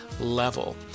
level